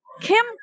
Kim